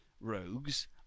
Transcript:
rogues